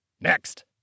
Next